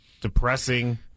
depressing